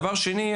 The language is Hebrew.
דבר שני,